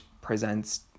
presents